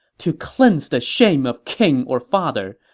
to cleanse the shame of king or father,